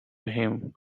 him